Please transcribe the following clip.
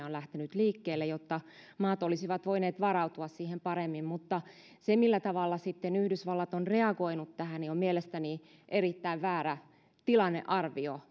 on lähtenyt liikkeelle jotta maat olisivat voineet varautua siihen paremmin mutta se millä tavalla sitten yhdysvallat on reagoinut tähän on mielestäni erittäin väärä tilannearvio